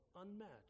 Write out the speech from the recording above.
unmatched